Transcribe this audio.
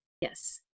Yes